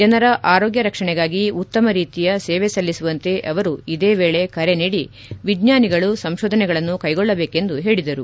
ಜನರ ಆರೋಗ್ಯ ರಕ್ಷಣೆಗಾಗಿ ಉತ್ತಮ ರೀತಿಯ ಸೇವೆ ಸಲ್ಲಿಸುವಂತೆ ಅವರು ಇದೇ ವೇಳೆ ಕರೆ ನೀದಿ ವಿಜ್ಞಾನಿಗಳು ಸಂಶೋಧನೆಗಳನ್ನು ಕೈಗೊಳ್ಳಬೇಕೆಂದು ಹೇಳಿದರು